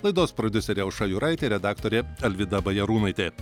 laidos prodiuserė aušra juraitė redaktorė alvyda bajarūnaitė